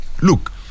look